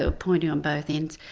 ah pointy on both ends,